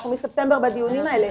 אנחנו מספטמבר בדיונים האלה,